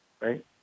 right